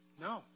No